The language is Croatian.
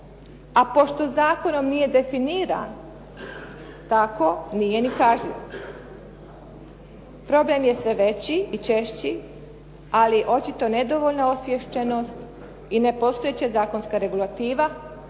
a pošto zakonom nije definiran tako nije ni pažljiv. Problem je sve veći i češći, ali očito nedovoljna osviještenost i nepostojeća zakonska regulativa